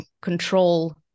control